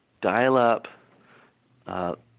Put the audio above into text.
dial-up